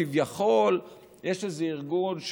כביכול יש איזה ארגון,